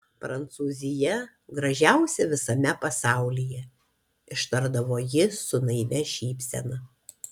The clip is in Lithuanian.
prancūzija gražiausia visame pasaulyje ištardavo ji su naivia šypsena